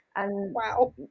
wow